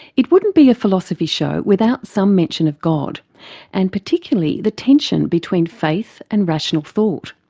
it wouldn't be a philosophy show without some mention of god and particularly the tension between faith and rational thought.